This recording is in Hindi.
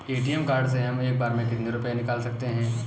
ए.टी.एम कार्ड से हम एक बार में कितने रुपये निकाल सकते हैं?